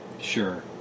sure